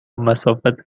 مسافت